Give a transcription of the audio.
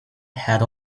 had